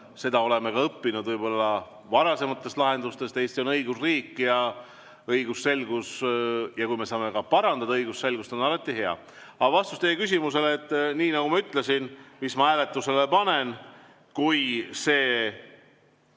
seda oleme õppinud ka varasematest lahendustest. Eesti on õigusriik ja kui me saame parandada õigusselgust, on alati hea. Aga vastus teie küsimusele on nii, nagu ma ütlesin, mis ma hääletusele panen: kui see